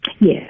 Yes